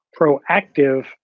proactive